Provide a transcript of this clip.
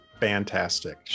fantastic